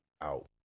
Out